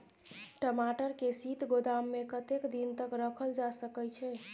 टमाटर के शीत गोदाम में कतेक दिन तक रखल जा सकय छैय?